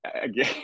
again